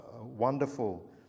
wonderful